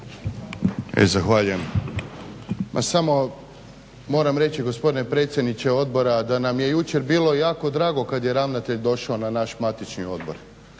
Zahvaljujem. Ma samo moram reći gospodine predsjedniče odbora da nam je jučer bilo jako drago kada je ravnatelj došao na naš matični odbor